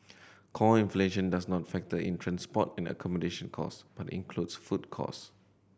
core inflation does not factor in transport and accommodation cost but includes food cost